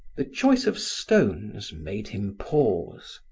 the choice of stones made him pause.